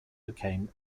became